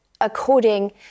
according